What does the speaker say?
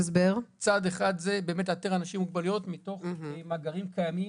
צעד אחד זה באמת לאתר אנשים עם מוגבלויות מתוך מאגרים קיימים,